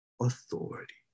authority